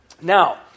Now